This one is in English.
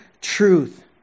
truth